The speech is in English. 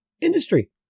industry